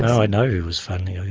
i know who was funding